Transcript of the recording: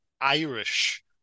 Irish